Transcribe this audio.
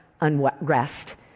unrest